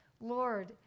Lord